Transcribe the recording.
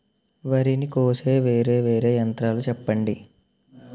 వరి ని కోసే వేరా వేరా యంత్రాలు చెప్పండి?